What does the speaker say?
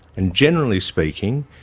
and generally speaking,